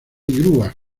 grúas